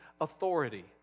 authority